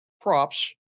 props